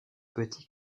petits